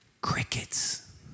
Crickets